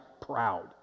proud